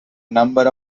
number